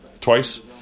twice